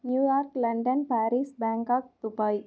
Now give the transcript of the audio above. New York London Paris Bangkok Dubai